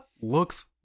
looks